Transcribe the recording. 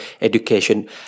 education